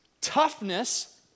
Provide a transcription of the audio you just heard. toughness